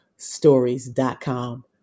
stories.com